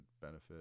benefit